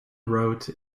road